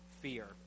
fear